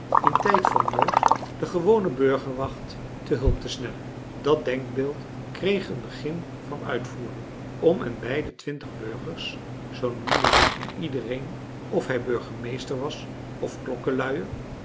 in tijd van nood de gewone burgerwacht te hulp te snellen dat denkbeeld kreeg een begin van uitvoering om en bij de twintig burgers zoo noemden ze toen iedereen of hij burgemeester was of